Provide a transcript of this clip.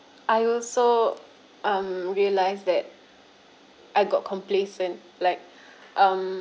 I also um realise that I got complacent like um